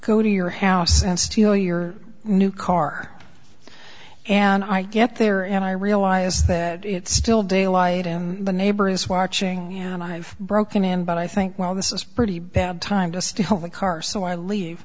go to your house and steal your new car and i get there and i realize that it's still daylight and the neighbor is watching and i have broken in but i think well this is pretty bad time to stay home the car so i leave